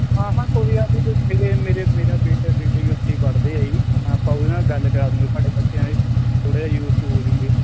ਹਾਂ ਹਾਂ ਕੋਈ ਗੱਲ ਨਹੀਂ ਜੀ ਮੇਰੇ ਮੇਰੇ ਮੇਰਾ ਬੇਟਾ ਬੇਟੇ ਵੀ ਉਥੇ ਹੀ ਪੜ੍ਹਦੇ ਆ ਜੀ ਆਪਾਂ ਉਹਦੇ ਨਾਲ ਗੱਲ ਕਰਾ ਦਊਂਗੇ ਤੁਹਾਡੇ ਬੱਚਿਆਂ ਦੀ ਥੋੜ੍ਹਾ ਯੂਜ ਟੂ ਹੋ ਜਾਉਂਗੇ